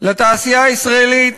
לתעשייה הישראלית,